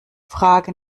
frage